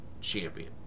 champion